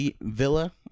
Villa